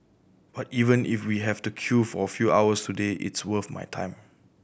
but even if we have to queue for a few hours today it's worth my time